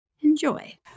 Enjoy